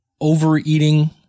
overeating